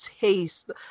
taste